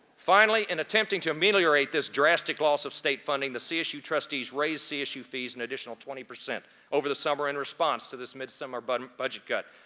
finally, in attempting to ameliorate this drastic loss of state funding, the csu trustees raised csu fees an additional twenty percent over the summer in response to this mid-summer but budget cut.